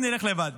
אני אלך לבד.